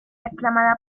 aclamada